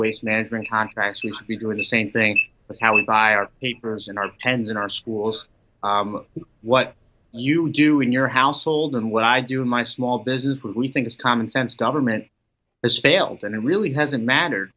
waste management contracts we should be doing the same thing with how we buy our papers and our pens in our schools what you do in your household and what i do in my small business what we think is common sense government has failed and it really hasn't matter